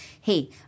hey